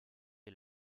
est